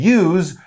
use